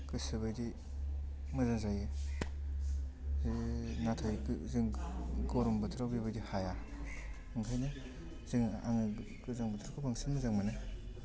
गोसो बायदि मोजां जायो नाथाय जों गरम बोथोराव बेबायदि हाया ओंखायनो जोङो आङो गोजां बोथोरखौ बांसिन मोजां मोनो